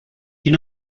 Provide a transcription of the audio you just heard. you